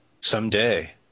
Someday